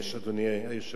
אדוני היושב-ראש.